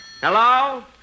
Hello